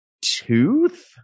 tooth